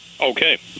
Okay